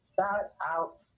Shout-out